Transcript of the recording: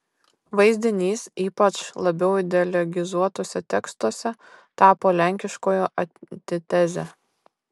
vaizdinys ypač labiau ideologizuotuose tekstuose tapo lenkiškojo antiteze